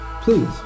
please